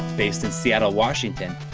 based in seattle, washington,